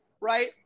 right